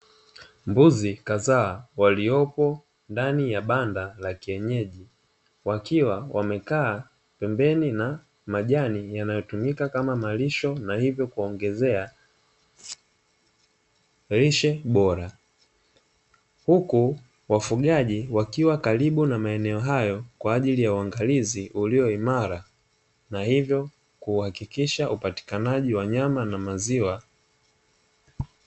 Mbuzi kadhaa waliopo ndani ya banda la kienyeji, wakiwa wamekaa pembeni na majani yanayotumika kama malisho na hivyo kuongezea lishe bora huku wafugaji wakiwa karibu na maeneo hayo kwa ajili ya uangalizi ulio imara na hivyo kuhakikisha upatikanaji wa nyama na maziwa.